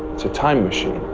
it's a time machine.